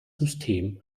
system